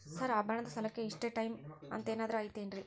Sir ಆಭರಣದ ಸಾಲಕ್ಕೆ ಇಷ್ಟೇ ಟೈಮ್ ಅಂತೆನಾದ್ರಿ ಐತೇನ್ರೇ?